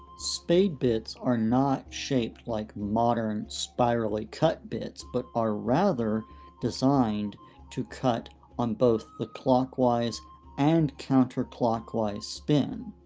spade bits are not shaped like modern spirally-cut bits but are rather designed to cut on both the clockwise and counterclockwise spin.